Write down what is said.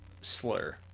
slur